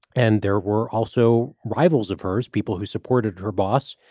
and there were also rivals of hers, people who supported her boss,